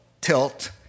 tilt